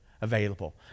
available